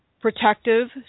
Protective